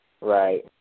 Right